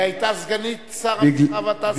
היא היתה סגנית שר התעשייה, המסחר והתעסוקה.